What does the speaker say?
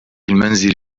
المنزل